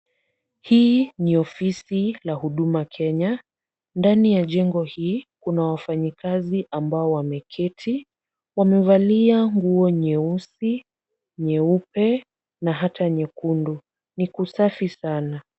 Hii ni ofisi la huduma Kenya. Ndani ya jengo hii kuna wafanyikazi ambao wameketi. Wamevalia nguo nyeusi, nyeupe na hata nyekundu. Ni kusafi sana.